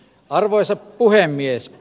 arvoisa puhemies